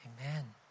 Amen